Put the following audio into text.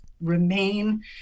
remain